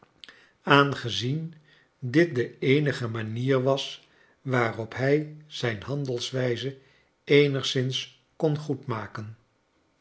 aang ezien dit de eenige manier was waarop hij zijn handelwijze eenigszins kon